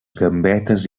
gambetes